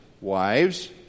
Wives